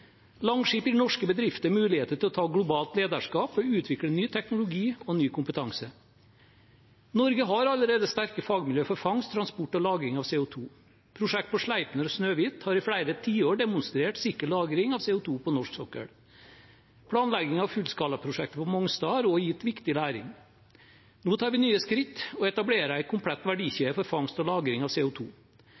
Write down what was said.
Langskip vil gi norske bedrifter mulighet til å ta globalt lederskap ved å utvikle ny teknologi og ny kompetanse. Norge har allerede sterke fagmiljøer for fangst, transport og lagring av CO 2 . Prosjekt på Sleipner og Snøhvit har i flere tiår demonstrert sikker lagring av CO 2 på norsk sokkel. Planlegging av fullskalaprosjektet på Mongstad har også gitt viktig læring. Nå tar vi nye skritt og etablerer en komplett verdikjede for fangst og lagring av